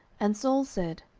and saul said,